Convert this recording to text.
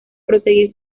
proseguir